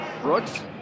Brooks